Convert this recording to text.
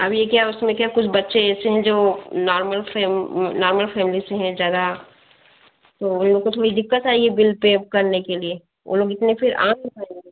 अभी ये क्या उसमें क्या कुछ बच्चे ऐसे हैं जो नॉर्मल से नॉर्मल फ़ैमली से हैं ज़्यादा तो उन लोग को थोड़ी दिक़्क़त आएगी बिल पे करने के लिए वो लोग इतने फिर आ नहीं पाएँगे